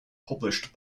published